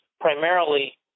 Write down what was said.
primarily